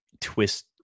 twist